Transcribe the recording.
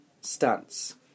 stance